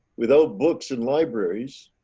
without books and libraries,